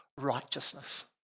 righteousness